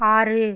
ஆறு